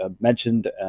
mentioned